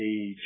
age